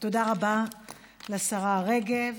תודה רבה לשרה רגב.